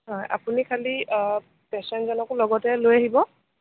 হয় আপুনি খালী পেচেণ্টজনকো লগতে লৈ আহিব